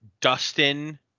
Dustin